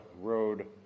Road